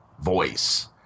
voice